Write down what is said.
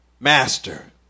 Master